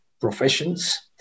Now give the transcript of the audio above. professions